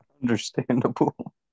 Understandable